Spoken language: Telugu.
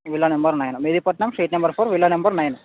villa number nine Mehdipatnam street number four villa number nine